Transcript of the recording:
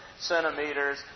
centimeters